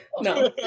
No